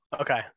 okay